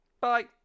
Bye